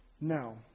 Now